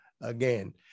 again